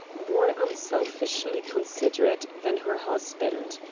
more unselfishly considerate than her husband.